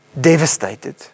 devastated